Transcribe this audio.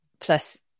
Plus